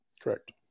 Correct